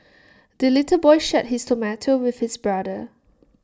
the little boy shared his tomato with his brother